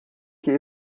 que